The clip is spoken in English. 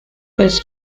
his